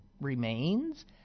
remains